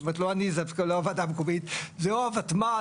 זאת אומרת, לא אני ולא הוועדה המקומית, זה הותמ"ל.